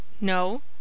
No